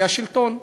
היא השלטון.